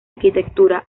arquitectura